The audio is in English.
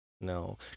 No